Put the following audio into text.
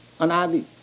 Anadi